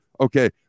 Okay